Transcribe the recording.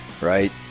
right